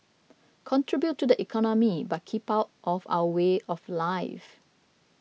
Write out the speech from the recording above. contribute to the economy but keep out of our way of life